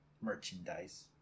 merchandise